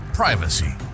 Privacy